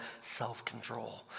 self-control